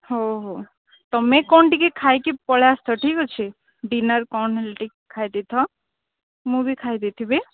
ହଉ ହଉ ତୁମେ କ'ଣ ଟିକେ ଖାଇକି ପଳାଇ ଆସିଥାଏ ଠିକ୍ ଅଛି ଡିନର୍ କ'ଣ ହେଲେ ଟିକେ ଖାଇ ଦେଇଥାଅ ମୁଁ ବି ଖାଇ ଦେଇଥିବି